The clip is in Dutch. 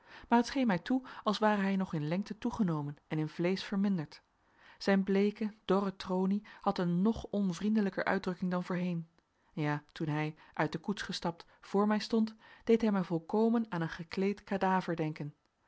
maar het scheen mij toe als ware hij nog in lengte toegenomen en in vleesch verminderd zijn bleeke dorre tronie had een nog onvriendelijker uitdrukking dan voorheen ja toen hij uit de koets gestapt voor mij stond deed hij mij volkomen aan een gekleed cadaver denken